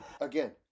Again